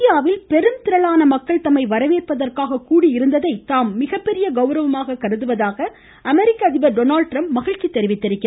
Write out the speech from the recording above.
இந்தியாவில் பெரும் திரளான மக்கள் தம்மை வரவேற்பதற்காக கூடி இருந்ததை தாம் மிகப்பெரிய கவரமாக கருதுவதாக அமெரிக்க அதிபர் டொனால்ட் ட்ரம்ப் மகிழ்ச்சி தெரிவித்திருக்கிறார்